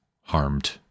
harmed